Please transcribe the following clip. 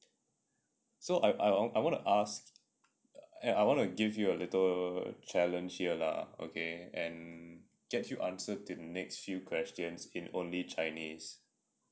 so I I I want to ask and I want to give you a little challenge here lah okay and get you answer the next few questions in only chinese